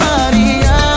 Maria